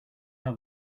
how